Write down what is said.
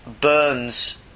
burns